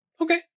Okay